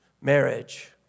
marriage